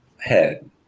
head